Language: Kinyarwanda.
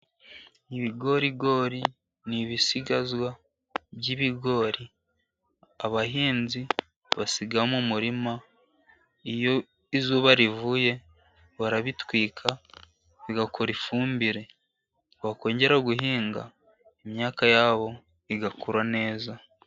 Ibigorigori n'ibisigazwa byibigori abahinzi basiga mu murima, iyo izuba rivuye barabitwika bigakora ifumbire, bakongera guhinga imyaka yabo igakura neza.